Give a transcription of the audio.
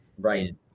right